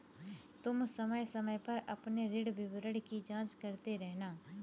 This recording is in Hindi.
तुम समय समय पर अपने ऋण विवरण की जांच करते रहना